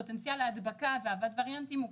פוטנציאל ההדבקה והעברת וריאנטים הוא